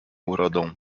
urodą